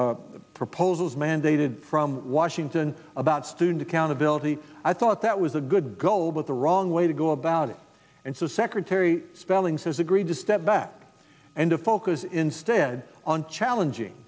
proposals mandated from washington about student accountability i thought that was a good goal but the wrong way to go about it and so secretary spellings has agreed to step back and to focus instead on challenging